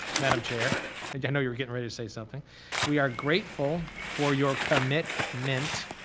madam chair and i know you were getting ready to say something we are grateful for your commit mint